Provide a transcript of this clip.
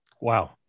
Wow